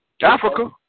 Africa